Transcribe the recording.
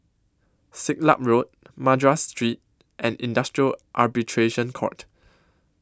Siglap Road Madras Street and Industrial Arbitration Court